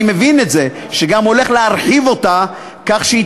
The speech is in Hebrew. אני מבין שהוא גם הולך להרחיב אותה כך שהיא